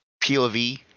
POV